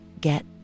get